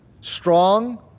strong